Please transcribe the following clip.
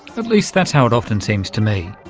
at least that's how it often seems to me.